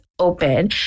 Open